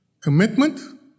Commitment